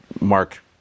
Mark